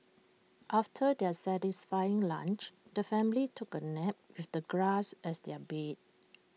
after their satisfying lunch the family took A nap with the grass as their bed